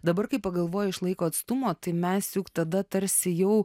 dabar kai pagalvoju iš laiko atstumo tai mes juk tada tarsi jau